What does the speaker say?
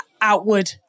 outward